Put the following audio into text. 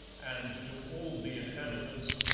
and to all the inhabitants,